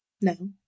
No